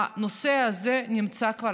כפי